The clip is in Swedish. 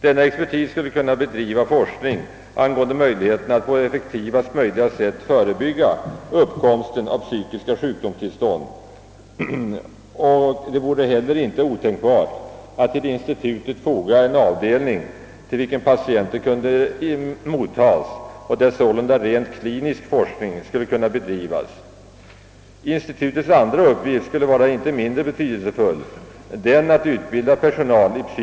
Denna expertis skulle bedriva forskning om möjligheterna att på effektivast möjliga sätt förebygga uppkomsten av psykiska sjukdomstillstånd. Det vore heller inte otänkbart att till institutet foga en avdelning, där patienter kunde mottagas och där sålunda rent klinisk forskning kunde bedrivas. Institutets andra uppgift, att utbilda personal i psykisk hälsovård, skulle inte bli mindre betydelsefull.